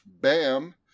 bam